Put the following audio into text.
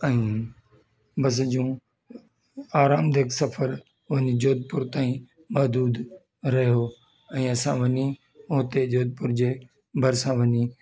ऐं बस जूं आरामदायक सफ़र वञी जोधपुर ताईं मधुर रहियो ऐं असां वञी उते जोधपुर जे भरिसां वञी